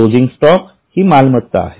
closing stock हि मालमत्ता आहे